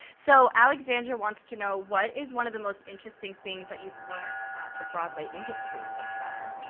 so, alexandra wants to know, what is one of the most interesting things that you've learned about the broadway industry so far?